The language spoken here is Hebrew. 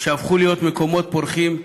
והפכו להיות מקומות פורחים,